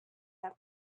have